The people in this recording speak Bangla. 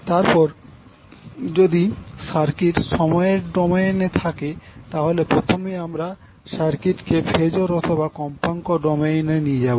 তার মানে যদি সার্কিট সময়ের ডোমেইনে থাকে তাহলে প্রথমেই আমরা সার্কিটকে ফেজর অথবা কম্পাঙ্ক ডোমেইন নিয়ে যাব